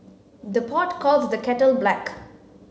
the pot calls the kettle black